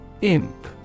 Imp